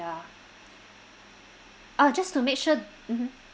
ya uh just to make sure mmhmm